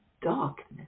darkness